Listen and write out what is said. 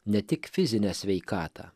ne tik fizinę sveikatą